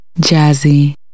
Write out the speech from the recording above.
jazzy